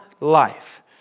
life